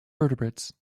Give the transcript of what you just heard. vertebrates